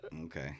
Okay